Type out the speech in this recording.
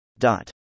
Dot